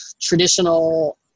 traditional